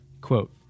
Quote